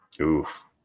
Oof